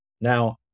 Now